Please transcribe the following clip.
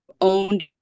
owned